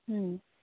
হুম